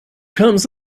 comes